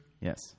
Yes